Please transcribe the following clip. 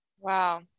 Wow